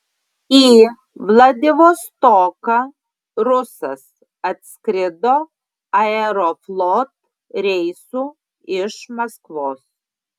į vladivostoką rusas atskrido aeroflot reisu iš maskvos